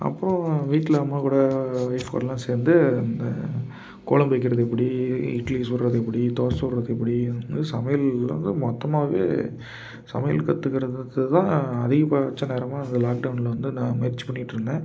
அப்புறம் வீட்டில அம்மாக்கூட ஒய்ஃப் கூடலாம் சேர்ந்து அந்த கொழம்பு வைக்கிறது எப்படி இட்லி சுடுறது எப்படி தோசை சுடுறது எப்படி வந்து சமையல்ல வந்து மொத்தமாகவே சமையல் கத்துக்கிறதுக்கு தான் அதிகப்பட்ச நேரமாக இந்த லாக்டவுன்ல வந்து நான் முயற்சி பண்ணிகிட்ருந்தேன்